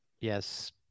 yes